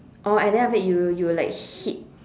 oh and then after that you will you will like hit